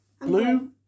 Blue